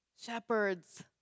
shepherds